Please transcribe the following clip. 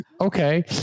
okay